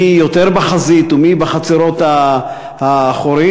מי יותר בחזית ומי בחצרות האחוריות,